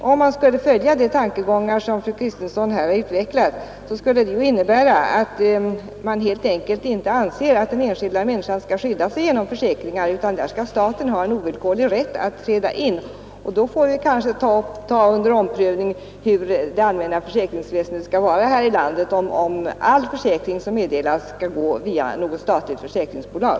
Om man skulle följa de tankegångar som fru Kristensson här utvecklar, skulle det innebära att man helt enkelt inte anser att den enskilda människan skall skydda sig genom försäkringar, utan att staten skall ha en ovillkorlig rätt att träda in. I så fall får vi ta under omprövning hur det allmänna försäkringsväsendet skall utformas här i landet — då bör kanske all försäkring gå via ett statligt försäkringsbolag.